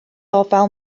ofal